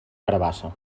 carabassa